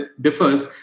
differs